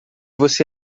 você